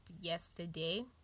yesterday